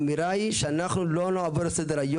אז מצד אחד אנחנו באמת גאים בזה שאנחנו עלינו כארצה,